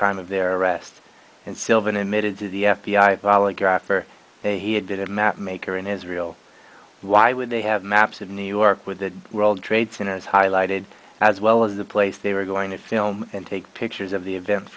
time of their arrest and sylvan admitted to the f b i polygraph or he did mapmaker in israel why would they have maps of new york with the world trade center was highlighted as well as the place they were going to film and take pictures of the event